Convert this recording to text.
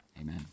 Amen